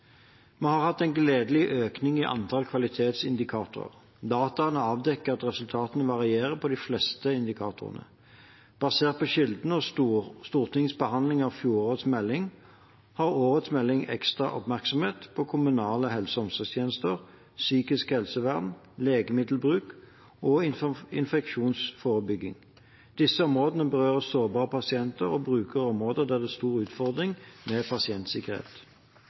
Vi har hatt en gledelig økning i antall kvalitetsindikatorer. Dataene avdekker at resultatene varierer på de fleste indikatorene. Basert på kildene og Stortingets behandling av fjorårets melding har årets melding ekstra oppmerksomhet på kommunale helse- og omsorgstjenester, psykisk helsevern, legemiddelbruk og infeksjonsforebygging. Disse områdene berører sårbare pasienter og brukere og områder der det er en stor utfordring med pasientsikkerhet.